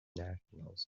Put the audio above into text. nationals